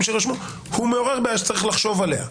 שיירשמו - הוא מעורר בעיה שיש לחשוב עליה.